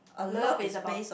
love is about